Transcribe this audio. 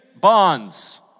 Bonds